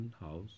House